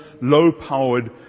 low-powered